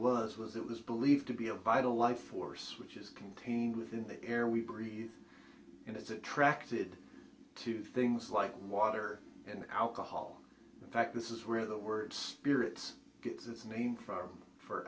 was was it was believed to be a vital life force which is contained within the air we breathe and is attracted to things like water and alcohol in fact this is where the words spirits gets its name from for